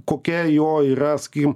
kokia jo yra sakykim